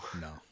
no